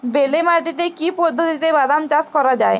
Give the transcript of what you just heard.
বেলে মাটিতে কি পদ্ধতিতে বাদাম চাষ করা যায়?